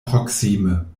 proksime